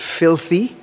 filthy